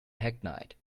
hackneyed